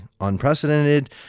unprecedented